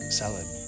salad